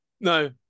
no